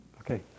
Okay